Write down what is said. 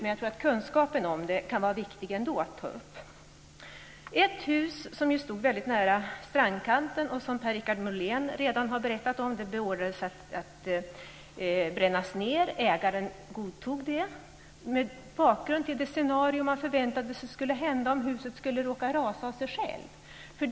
Men jag tror att kunskapen om det ändå kan vara viktig. Det beordrades att ett hus som stod väldigt nära strandkanten, vilket Per-Richard Molén redan har berättat om, skulle brännas ned. Ägaren godtog det med tanke på det scenario som man förväntade skulle ske om huset skulle råka rasa av sig självt.